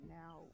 now